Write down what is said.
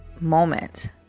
moment